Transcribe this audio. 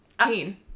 Teen